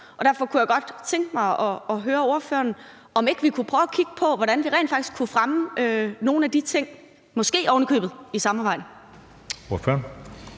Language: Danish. Derfor kunne jeg godt tænke mig at høre ordføreren, om ikke vi kunne prøve at kigge på, hvordan vi rent faktisk kunne fremme nogle af de ting, måske oven i købet i et samarbejde.